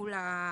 מהתגמול השוטף,